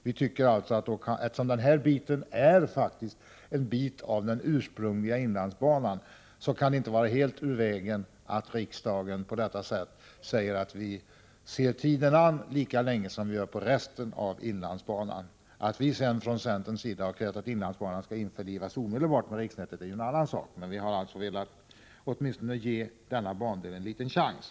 Vi tycker att eftersom det här faktiskt är en bit av den ursprungliga inlandsbanan, så kan det inte vara helt ur vägen att riksdagen säger: Vi ser tiden an lika länge som när det gäller resten av inlandsbanan. — Att vi från centerns sida krävt att inlandsbanan omedelbart skall införlivas med riksnätet är en annan sak. Men vi har alltså velat ge denna bandel åtminstone en liten chans.